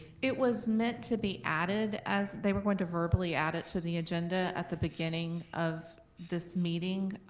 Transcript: it was meant to be added as, they were going to verbally add it to the agenda at the beginning of this meeting,